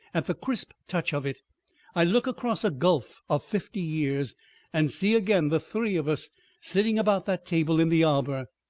at the crisp touch of it i look across a gulf of fifty years and see again the three of us sitting about that table in the arbor,